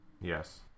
Yes